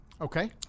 Okay